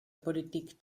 politik